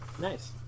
Nice